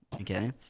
okay